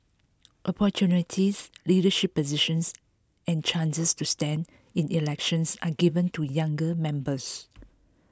opportunities leadership positions and chances to stand in elections are given to younger members